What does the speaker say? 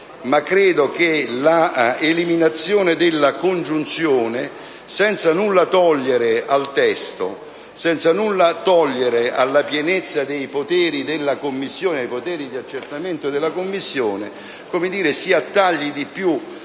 credo che l'eliminazione della congiunzione, senza nulla togliere al testo del provvedimento e alla pienezza dei poteri di accertamento della Commissione, si attagli